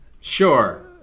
Sure